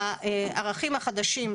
הערכים החדשים,